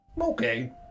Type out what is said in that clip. Okay